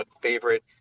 favorite